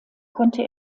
konnte